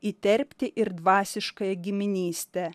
įterpti ir dvasiškąją giminystę